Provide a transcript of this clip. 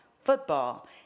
football